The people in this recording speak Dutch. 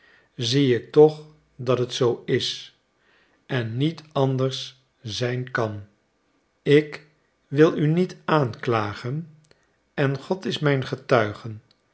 zie ik toch dat het zoo is en niet anders zijn kan ik wil u niet aanklagen en god is mijn getuige